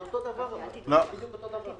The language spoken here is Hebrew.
אבל זה אותו דבר, זה בדיוק אותו דבר.